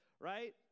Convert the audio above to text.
right